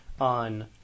On